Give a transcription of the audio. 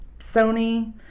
Sony